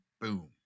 Boom